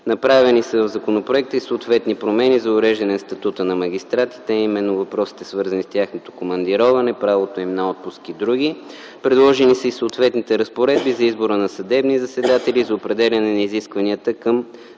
направени съответни промени за уреждане статута на магистратите, а именно въпросите, свързани с тяхното командироване, правото им на отпуски и др. Предложени са и съответни разпоредби за избора на съдебни заседатели, за определяне на изискванията към